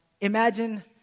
imagine